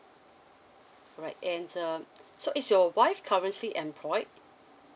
alright and um so is your wife currently employed